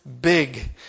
big